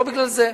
לא בגלל זה.